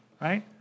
right